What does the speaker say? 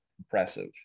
impressive